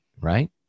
right